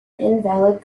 invalid